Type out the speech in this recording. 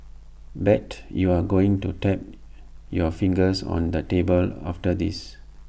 bet you're going to tap your fingers on the table after this